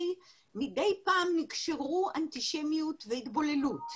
מדי פעם נקשרו אנטישמיות והתבוללות.